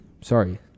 Sorry